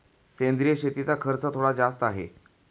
सेंद्रिय शेतीचा खर्च थोडा जास्त आहे